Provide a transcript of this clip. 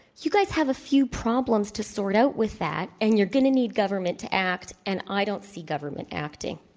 you guys have a few problems to sort out with that, and you're going to need government to act, and i don't see government acting.